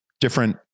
different